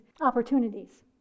opportunities